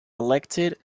elected